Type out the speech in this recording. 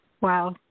Wow